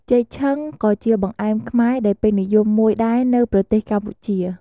ចេកឆឹង ក៏ជាបង្អែមខ្មែរដែលពេញនិយមមួយដែរនៅប្រទេសកម្ពុជា។